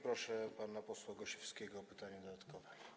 Proszę pana posła Gosiewskiego o pytanie dodatkowe.